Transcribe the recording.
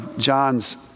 John's